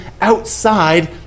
outside